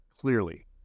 Clearly